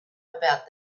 about